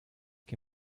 que